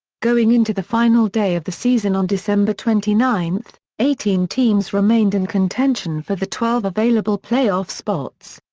going into the final day of the season on december twenty nine, eighteen teams remained in contention for the twelve available playoff spots.